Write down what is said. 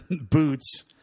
boots